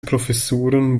professuren